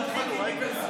שהמורחקים ייכנסו.